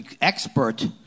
expert